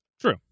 True